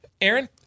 Aaron